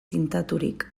tindaturik